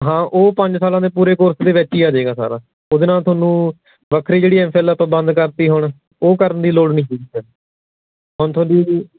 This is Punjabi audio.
ਹਾਂ ਉਹ ਪੰਜ ਸਾਲਾਂ ਦੇ ਪੂਰੇ ਕੋਰਸ ਦੇ ਵਿੱਚ ਹੀ ਆ ਜੇਗਾ ਸਾਰਾ ਉਹਦੇ ਨਾਲ ਤੁਹਾਨੂੰ ਵੱਖਰੀ ਜਿਹੜੀ ਐੱਮ ਫਿਲ ਆਪਾਂ ਬੰਦ ਕਰਤੀ ਹੁਣ ਉਹ ਕਰਨ ਦੀ ਲੋੜ ਨਹੀਂ ਹੈਗੀ ਫਿਰ ਹੁਣ ਤੁਹਾਡੀ